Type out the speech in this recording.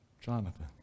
Jonathan